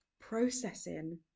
processing